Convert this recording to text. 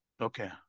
Okay